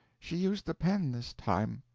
she used the pen this time.